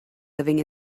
living